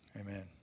Amen